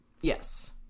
Yes